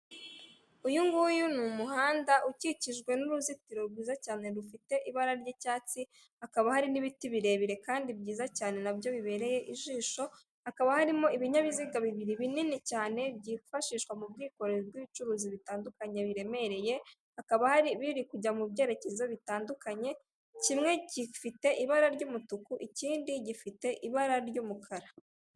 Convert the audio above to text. Uyu nguyu ni umuhanda ukikijwe n'uruzitiro rwiza cyane rufite ibara ry'icyatsi, hakaba hari n'ibiti birebire kandi byiza cyane na byo bibereye ijisho, hakaba harimo ibinyabiziga bibiri binini cyane byifashishwa mu bwikorezi bw'ibucuruza bitandukanye biremereye, hakaba hari ibiri kujya mu byerekezo bitandukanye kimwe gifite ibara ry'umutuku, ikindi gifite ibara ry'umukara.